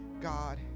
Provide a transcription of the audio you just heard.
God